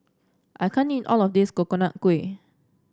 I can't eat all of this Coconut Kuih